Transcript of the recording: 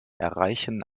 erreichen